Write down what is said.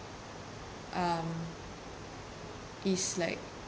um is like